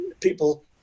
people